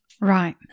Right